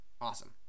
awesome